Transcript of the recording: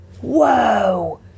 Whoa